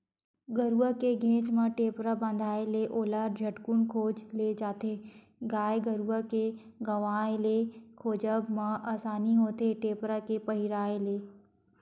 गरुवा के घेंच म टेपरा बंधाय ले ओला झटकून खोज ले जाथे गाय गरुवा के गवाय ले खोजब म असानी होथे टेपरा के पहिराय ले